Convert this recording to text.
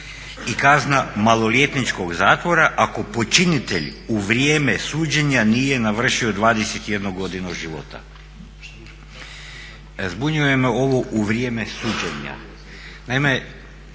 i kazna maloljetničkog zatvora ako počinitelj u vrijeme suđenja nije navršio 21 godinu života." Zbunjuje me ovo u vrijeme suđenja.